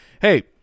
hey